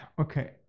Okay